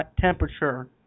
temperature